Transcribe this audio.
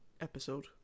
episode